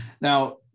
Now